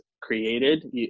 created